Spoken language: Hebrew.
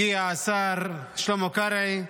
הגיע השר שלמה קרעי,